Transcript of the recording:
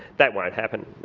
that won't happen,